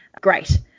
great